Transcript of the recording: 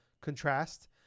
contrast